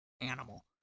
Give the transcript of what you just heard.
animal